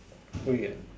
free ah